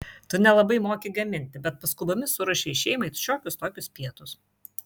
tu nelabai moki gaminti bet paskubomis suruošei šeimai šiokius tokius pietus